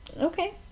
Okay